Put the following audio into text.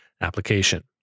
application